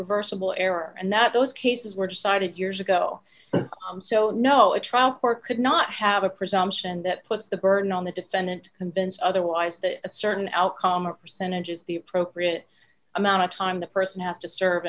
reversible error and that those cases were decided years ago so no a trial court could not have a presumption that puts the burden on the defendant convinced otherwise that certain outcome or percentage is the appropriate amount of time the person has to serve